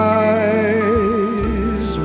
eyes